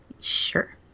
Sure